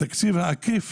התקציב העקיף